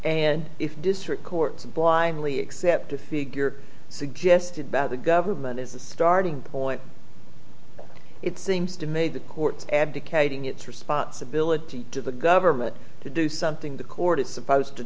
district court to blindly accept a figure suggested by the government as a starting point it seems to me the courts abdicating its responsibility to the government to do something the court is supposed to